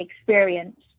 experience